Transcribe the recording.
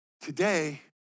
today